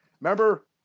remember